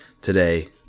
today